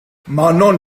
manon